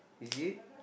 is it